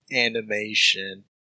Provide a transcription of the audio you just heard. animation